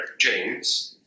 James